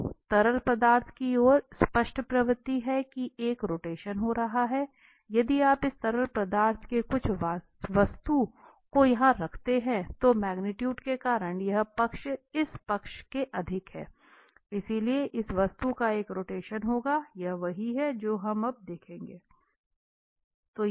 तो तरल पदार्थ की एक स्पष्ट प्रवृत्ति है कि एक रोटेशन हो रहा है यदि आप इस तरल पदार्थ में कुछ वस्तु को यहां रखते हैं तो मैग्नीट्यूट के कारण यह पक्ष इस पक्ष से अधिक है इसलिए इस वस्तु का एक रोटेशन होगा यह वही है जो हम अब देखेंगे